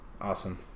awesome